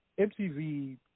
MTV